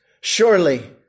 Surely